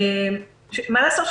מה לעשות,